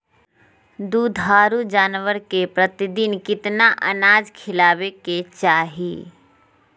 दुधारू जानवर के प्रतिदिन कितना अनाज खिलावे के चाही?